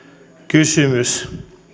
kysymys